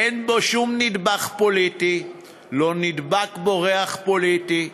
אין בו שום נדבך פוליטי, לא נדבק בו ריח פוליטי,